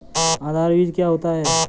आधार बीज क्या होता है?